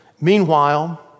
Meanwhile